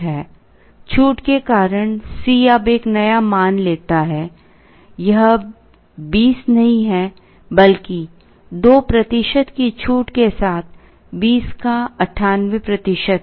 छूट के कारण C अब एक नया मान लेता है यह अब 20 नहीं है बल्कि 2 प्रतिशत की छूट के साथ 20 का 98 प्रतिशत है